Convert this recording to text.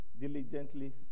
diligently